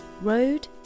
Road